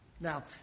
Now